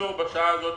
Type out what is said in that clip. אסור בשעה הזאת